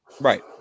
Right